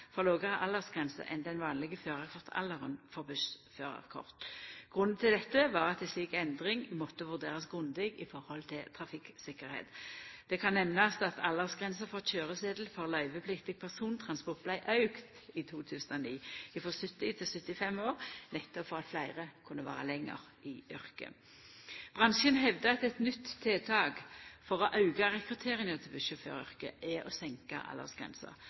lågare aldersgrense enn den vanlege førarkortalderen for bussførarkort. Grunnen til dette var at ei slik endring måtte vurderast grundig med tanke på trafikktryggleik. Det kan nemnast at aldersgrensa for køyresetel for løyvepliktig persontransport vart auka i 2009, frå 70 til 75 år, nettopp for at fleire kunne vera lenger i yrket. Bransjen hevdar at eit nytt tiltak for å auka rekrutteringa til bussjåføryrket er å